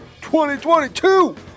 2022